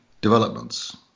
developments